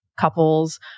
couples